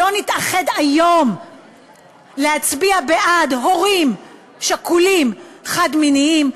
לא נתאחד היום להצביע בעד הורים שכולים חד-מיניים,